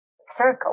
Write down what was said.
circle